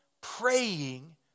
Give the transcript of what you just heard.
praying